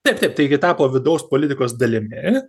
taip taip taigi tapo vidaus politikos dalimi